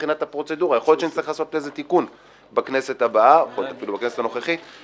אפשר לפזר את הכנסת מבחינה חוקית גם פחות מ-90 יום,